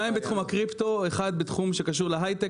יש שניים בתחום הקריפטו, אחד בתחום שקשור להייטק.